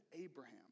Abraham